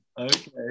Okay